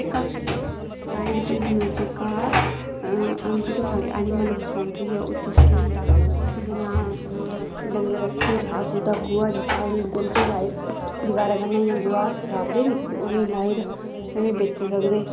साढ़े च जेह्का जेह्के साढ़े ऐनिमल हसबैंडरी ऐ उत्थै जे होंदा जि'यां असें डंगर रक्खे दे अस उं'दा गोहा जेह्का ऐ ओह्दे गोह्ट्टे बनाइयै दवारै कन्नै इ'यां गोहा थापदे निं ते उ'नें गी लाइयै उ'नें ई बेची सकदे